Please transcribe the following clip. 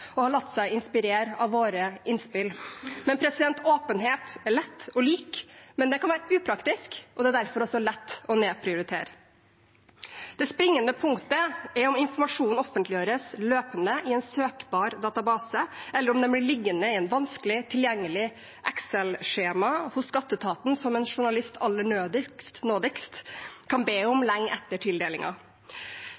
og har latt seg inspirere av våre innspill. Åpenhet er lett å like, men det kan være upraktisk, og det er derfor også lett å nedprioritere. Det springende punktet er om informasjonen offentliggjøres løpende i en søkbar database, eller om den blir liggende i et vanskelig tilgjengelig Excel-skjema hos skatteetaten, som en journalist aller nådigst kan be om